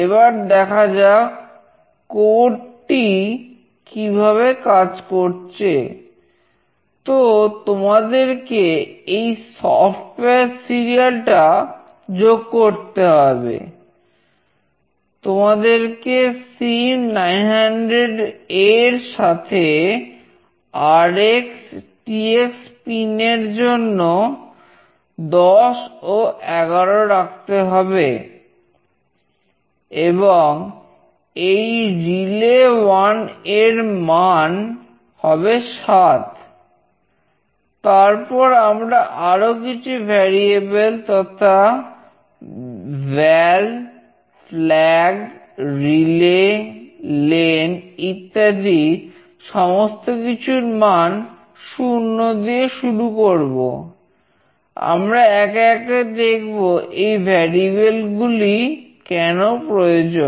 এবার দেখা যাক কোড গুলি কেন প্রয়োজন